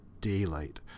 daylight